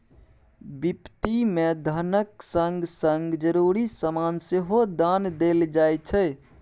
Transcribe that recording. बिपत्ति मे धनक संग संग जरुरी समान सेहो दान देल जाइ छै